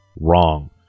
wrong